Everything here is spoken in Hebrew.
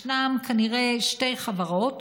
ישנן כנראה שתי חברות,